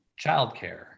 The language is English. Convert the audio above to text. childcare